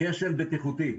כשל בטיחותי.